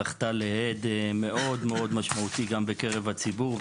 זכתה להד מאוד משמעותי גם בקרב הציבור,